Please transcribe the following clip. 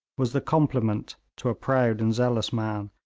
was the complement, to a proud and zealous man,